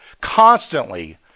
constantly